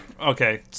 Okay